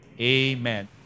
Amen